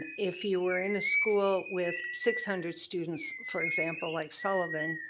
if you were in a school with six hundred students, for example, like sullivan,